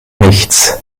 nichts